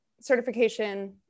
certification